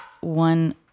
one